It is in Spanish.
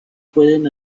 pueden